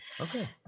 Okay